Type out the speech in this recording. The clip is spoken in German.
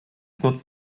nutzt